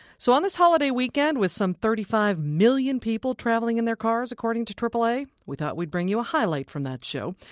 so on this holiday weekend with some thirty five million people traveling in their cars according to aaa, we thought we'd bring you a highlight from that show.